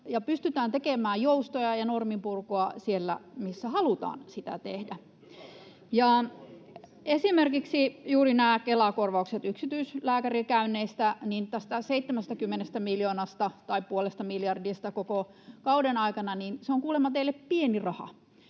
ja pystytään tekemään joustoja ja norminpurkua siellä, missä halutaan sitä tehdä. [Juha Mäenpää: Hyvä puheenvuoro!] Esimerkiksi juuri nämä Kela-korvaukset yksityislääkärikäynneistä, tämä 70 miljoonaa, tai puoli miljardia koko kauden aikana, on kuulemma teille pieni raha.